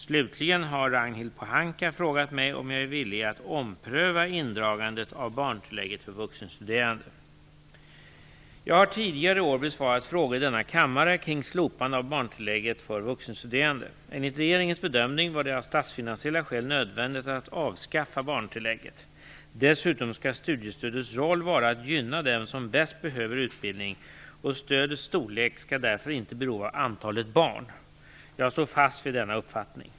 Slutligen har Ragnhild Pohanka frågat mig om jag är villig att ompröva indragandet av barntillägget för vuxenstuderande. Jag har tidigare i år besvarat frågor i denna kammare kring slopandet av barntillägget för vuxenstuderande. Enligt regeringens bedömning var det av statsfinansiella skäl nödvändigt att avskaffa barntillägget. Dessutom skall studiestödets roll vara att gynna dem som bäst behöver utbildning, och stödets storlek skall därför inte bero av antalet barn. Jag står fast vid denna uppfattning.